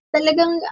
Talagang